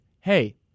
Hey